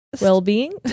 well-being